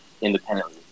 independently